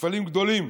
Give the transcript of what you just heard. מפעלים גדולים,